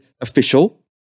official